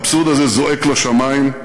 האבסורד הזה זועק לשמים,